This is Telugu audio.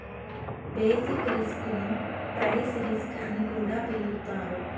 బేసిక్ రిస్క్ ను ప్రైస్ రిస్క్ అని కూడా పిలుత్తారు